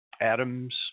atoms